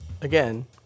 Again